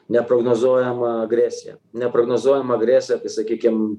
neprognozuojama agresija neprognozuojama agresija sakykim